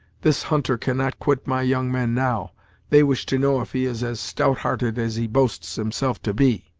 this hunter cannot quit my young men now they wish to know if he is as stouthearted as he boasts himself to be.